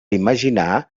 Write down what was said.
imaginar